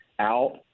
out